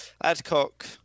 Adcock